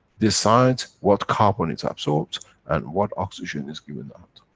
decides what carbon is absorbed and what oxygen is given out.